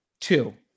Two